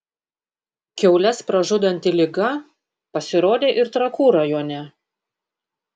kiaules pražudanti liga pasirodė ir trakų rajone